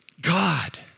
God